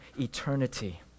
eternity